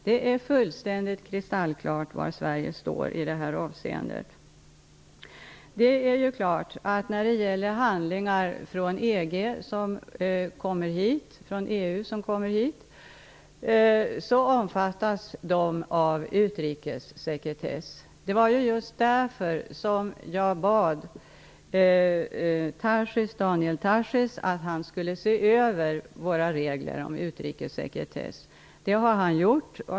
Det är fullständigt kristallklart var Sverige står i detta avseende. Handlingar från EU som kommer hit omfattas av utrikessekretess. Det var just därför som jag bad Daniel Tarschys att se över våra regler om utrikessekretess, vilket han har gjort.